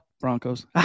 Broncos